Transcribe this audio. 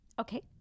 Okay